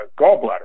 gallbladder